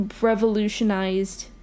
revolutionized